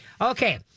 Okay